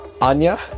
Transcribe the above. Anya